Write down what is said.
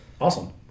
Awesome